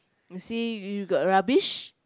you see you you got rubbish